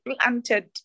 planted